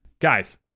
Guys